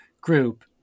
group